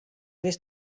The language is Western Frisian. wist